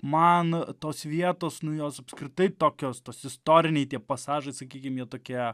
man tos vietos nu jos apskritai tokios tos istoriniai tie pasažai sakykim jie tokie